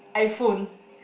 iPhone